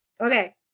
Okay